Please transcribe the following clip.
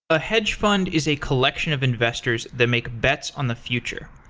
a hedge fund is a collection of investors that make bets on the future.